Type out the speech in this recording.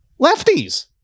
Lefties